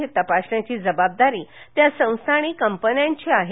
हे तपासण्याची जबाबदारी त्या संस्था आणि कंपन्यांची आहे